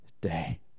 day